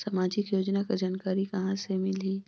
समाजिक योजना कर जानकारी कहाँ से मिलही?